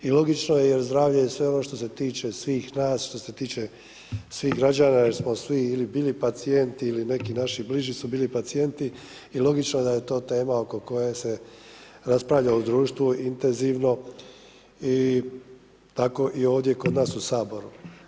I logično je jer zdravlje je sve ono što se tiče svih nas, što se tiče svih građana jer smo svi bili pacijenti ili neki naši bliži su bili pacijenti i logično je da je to tema oko koje se raspravlja u društvu intenzivno i tako i ovdje kod nas u Saboru.